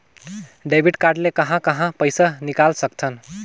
Debit card ले कहां कहां पइसा निकाल सकथन?